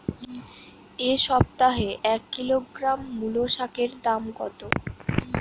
এ সপ্তাহে এক কিলোগ্রাম মুলো শাকের দাম কত?